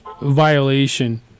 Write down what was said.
violation